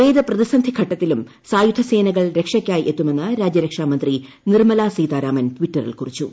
ഏത് പ്രതിസന്ധി ഘട്ടത്തിലും സായുധസേനകൾ രക്ഷയ്ക്കായി എത്തുമെന്ന് രാജ്യരക്ഷാമന്ത്രി നിർമ്മല സീതാരാമൻ ടിറ്ററിൽ കുറിച്ചു